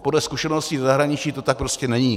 Podle zkušeností ze zahraničí to tak prostě není.